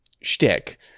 shtick